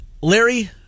Larry